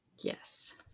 Yes